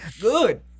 Good